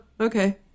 Okay